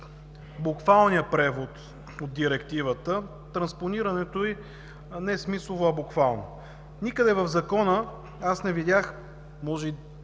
буквалния превод на Директивата, преекспонирането й не смислово, а буквално. Никъде в Закона не видях, може